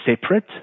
separate